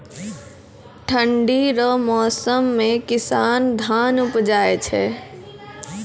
ठंढी रो मौसम मे किसान धान उपजाय छै